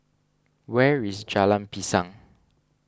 where is Jalan Pisang